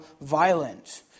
violent